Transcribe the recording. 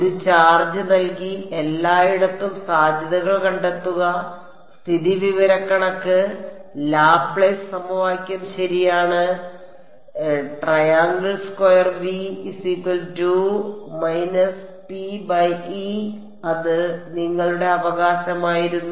ഒരു ചാർജ് നൽകി എല്ലായിടത്തും സാധ്യതകൾ കണ്ടെത്തുക സ്ഥിതിവിവരക്കണക്ക് ലാപ്ലേസ് സമവാക്യം ശരിയാണ് അത് നിങ്ങളുടെ അവകാശമായിരുന്നു